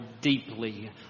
deeply